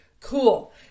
cool